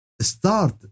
start